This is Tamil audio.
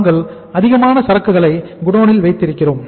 நாங்கள் அதிகமாக சரக்குகளை குடோனில் வைத்திருக்கிறோம்